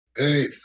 Hey